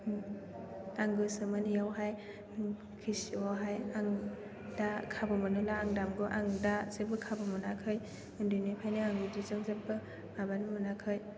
आं गोसोमोन बेयावहाय केसिय'आवहाय आं दा खाबु मोनोब्ला दामगौ आं दा जेबो खाबु मोनाखै उन्दैनिफ्रायनो आं बेदिजों जेबो माबानो मोनाखै